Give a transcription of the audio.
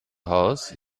house